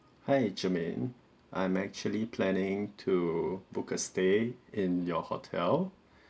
hi jermaine I'm actually planning to book a stay in your hotel